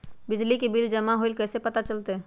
बिजली के बिल जमा होईल ई कैसे पता चलतै?